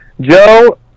Joe